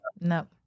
No